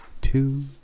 Two